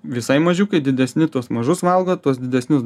visai mažiukai didesni tuos mažus valgo tuos didesnius